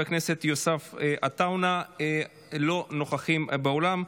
הכנסת יוסף עטאונה אינם נוכחים באולם.